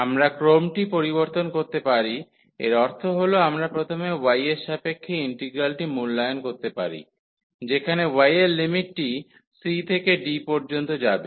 আমরা ক্রমটি পরিবর্তন করতে পারি এর অর্থ হল আমরা প্রথমে y এর সাপেক্ষে ইন্টিগ্রালটি মূল্যায়ন করতে পারি যেখানে y এর লিমিটটি c থেকে d পর্যন্ত যাবে